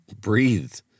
breathed